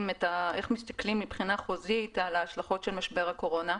מסתכלים מבחינה חוזית על ההשלכות של משבר הקורונה.